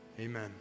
amen